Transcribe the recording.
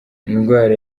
indwara